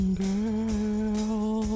girl